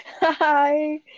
Hi